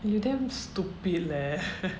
you damn stupid leh